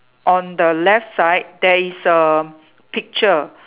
on the left side there is a picture